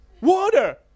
Water